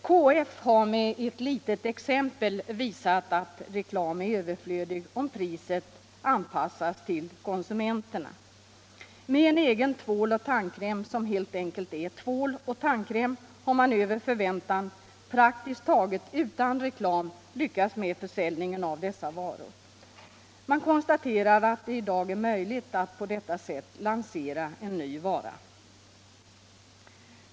KF har med ett litet exempel visat att reklam är överflödig om priset anpassas till konsumenterna. Med en egen tvål och tandkräm som helt enkelt är tvål och tandkräm har man över förväntan praktiskt taget utan reklam lyckats med försäljningen av dessa varor. Man konstaterar att det i dag är möjligt att på detta sätt lansera en ny vara.